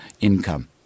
income